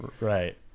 Right